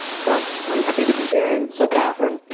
so i'm happy to be here and. so, katherine,